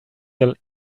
your